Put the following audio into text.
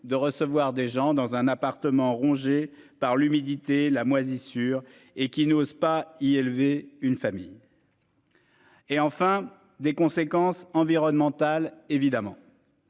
de recevoir des gens dans un appartement rongé par l'humidité, la moisissure et qui n'osent pas y élever une famille. Et enfin des conséquences environnementales évidemment.